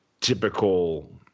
typical